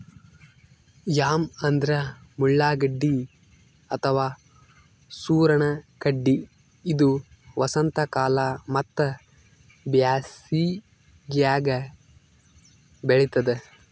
yam ಅಂದ್ರ ಮುಳ್ಳಗಡ್ಡಿ ಅಥವಾ ಸೂರಣ ಗಡ್ಡಿ ಇದು ವಸಂತಕಾಲ ಮತ್ತ್ ಬ್ಯಾಸಿಗ್ಯಾಗ್ ಬೆಳಿತದ್